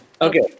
Okay